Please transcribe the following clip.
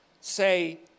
say